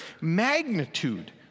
magnitude